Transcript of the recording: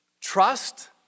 trust